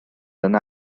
yna